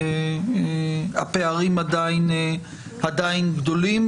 והפערים עדיין גדולים.